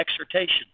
exhortation